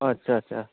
আচ্ছা আচ্ছা